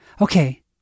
Okay